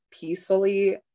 peacefully